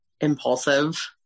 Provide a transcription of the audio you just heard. Impulsive